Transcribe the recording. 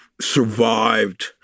survived